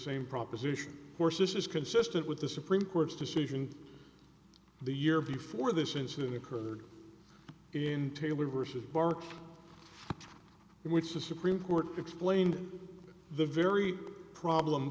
same proposition course this is consistent with the supreme court's decision the year before this incident occurred in taylor versus barak in which the supreme court explained the very problem